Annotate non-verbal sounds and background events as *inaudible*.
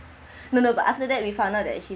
*breath* no no but after that we found out that she